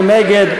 מי נגד?